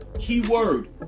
keyword